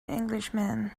englishman